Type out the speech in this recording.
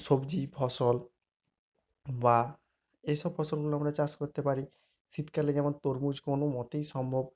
সবজি ফসল বা এই সব ফসলগুলো আমরা চাষ করতে পারি শীতকালে যেমন তরমুজ কোনো মতেই সম্ভব